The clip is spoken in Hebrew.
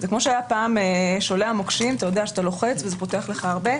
זה כמו שהיה פעם שולי המוקשים שאתה לוחץ וזה פותח לך הרבה.